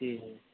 ते